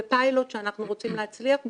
זה פיילוט שאנחנו רוצים להצליח בו,